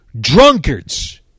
drunkards